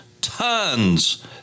tons